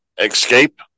escape